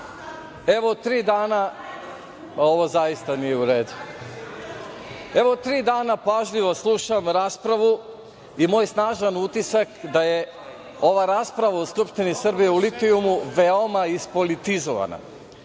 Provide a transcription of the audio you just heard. evo tri dana pažljivo slušam raspravu i moj snažan utisak da je ova rasprava u Skupštini Srbije o litijumu veoma ispolitizovana.